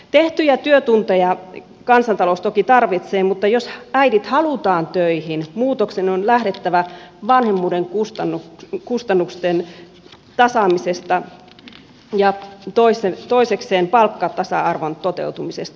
tehtyjä työtunteja kansantalous toki tarvitsee mutta jos äidit halutaan töihin muutoksen on lähdettävä vanhemmuuden kustannusten tasaamisesta ja toisekseen palkkatasa arvon toteutumisesta